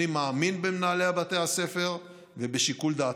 אני מאמין במנהלי בתי הספר ובשיקול דעתם.